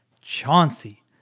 Chauncey